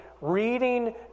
reading